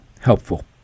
helpful